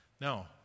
No